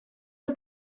are